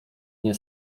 nie